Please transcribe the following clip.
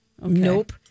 nope